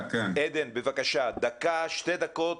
עדן, דבר שתי דקות